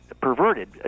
perverted